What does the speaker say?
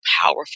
powerful